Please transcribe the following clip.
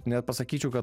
nepasakyčiau kad